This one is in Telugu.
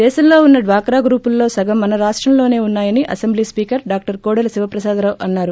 దేశంలో ఉన్న డ్వాకా గ్రూపులలో సగం మన రాష్టంలోసే ఉన్నాయని assembly speaker doctor Kodela Siva Prasada Rao అన్నారు